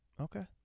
Okay